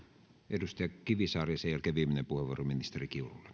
edustaja kivisaari ja sen jälkeen viimeinen puheenvuoro ministeri kiurulle